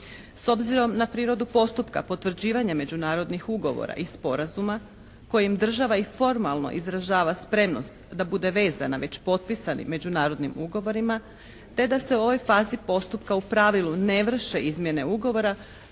S obzirom na prirodu postupka potvrđivanje međunarodnih ugovora iz Sporazuma kojim država i formalno izražava spremnost da bude vezana već potpisanim međunarodnim ugovorima te da se u ovoj fazi postupka u pravilu ne vrše izmjene ugovora